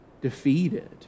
defeated